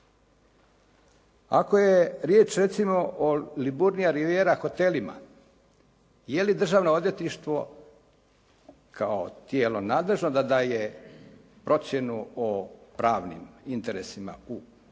Ako je riječ recimo o "Liburnija rivijera" hotelima je li Državno odvjetništvo kao tijelo nadležno da daje procjenu o pravnim interesima u takvim